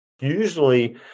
Usually